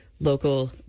local